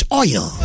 oil